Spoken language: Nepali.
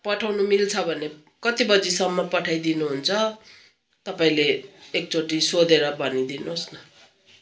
पठाउनु मिल्छ भने कति बजीसम्म पठाइदिनु हुन्छ तपाईँले एकचोटि सोधेर भनिदिनुहोस् न